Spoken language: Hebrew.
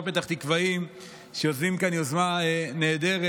פתח תקוואים שיוזמים כאן יוזמה נהדרת,